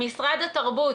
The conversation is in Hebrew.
משרד התרבות